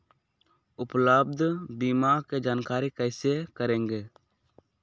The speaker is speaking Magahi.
उपलब्ध बीमा के जानकारी कैसे करेगे?